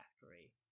factory